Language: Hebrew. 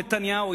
נתניהו,